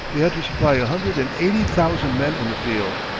they had to supply a hundred and eighty thousand men in the field,